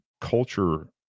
culture